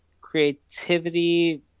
Creativity